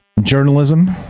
journalism